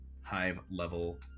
Hive-level